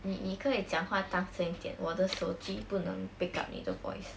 你你可以讲话大声一点我的手机不能 pick up 你的 voice